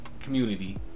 community